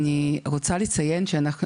אני רוצה לציין שאנחנו,